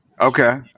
Okay